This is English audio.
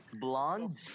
blonde